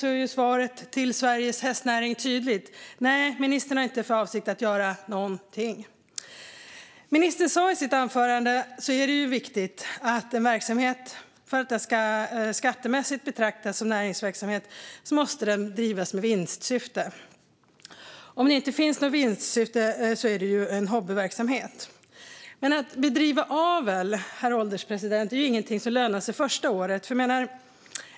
Nu är svaret till Sveriges hästnäring tydligt: Nej, ministern har inte för avsikt att göra någonting. Men att bedriva avel, herr ålderspresident, är ingenting som lönar sig första året.